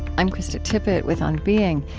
i'm krista tippett with on being.